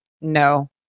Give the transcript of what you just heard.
no